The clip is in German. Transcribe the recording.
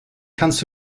kannst